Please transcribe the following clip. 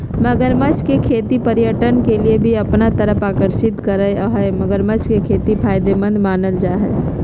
मगरमच्छ के खेती पर्यटक के भी अपना तरफ आकर्षित करअ हई मगरमच्छ के खेती फायदेमंद मानल जा हय